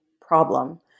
problem